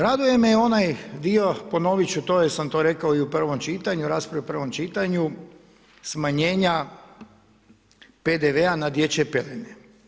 Raduje me onaj dio, ponoviti ću to jer sam to rekao i u prvom čitanju, rasprave u prvom čitanju smanjenja PDV-a na dječje pelene.